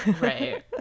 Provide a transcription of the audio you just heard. Right